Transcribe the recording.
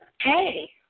Hey